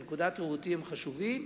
שמנקודת ראותי הם חשובים.